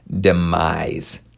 demise